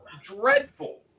dreadful